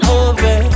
over